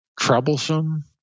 troublesome